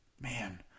man